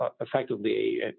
effectively